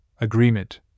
agreement